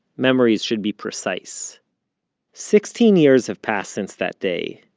memories should be precise sixteen years have passed since that day.